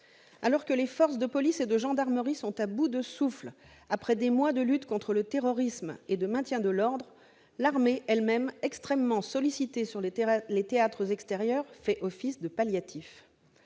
Alors que les forces de police et de gendarmerie sont à bout de souffle après des mois de lutte contre le terrorisme et de maintien de l'ordre, l'armée elle-même extrêmement sollicitée sur les théâtres extérieurs fait office de palliatif.